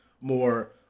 more